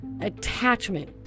attachment